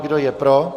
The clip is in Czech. Kdo je pro?